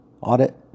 audit